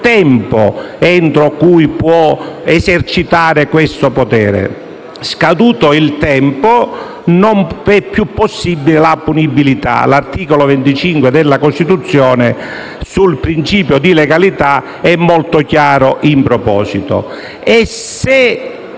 tempo entro cui può esercitare questo potere; scaduto quel tempo, non è più possibile punire. L'articolo 25 della Costituzione sul principio di legalità è molto chiaro in proposito. Se